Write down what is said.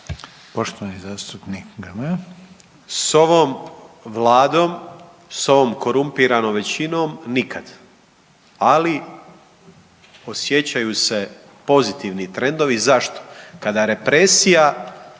Nikola (MOST)** S ovom vladom, s ovom korumpiranom većinom nikad, ali osjećaju se pozitivni trendovi. Zašto? Kada represija